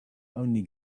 only